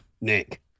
Nick